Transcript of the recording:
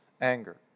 anger